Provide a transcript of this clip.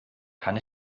kann